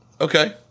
Okay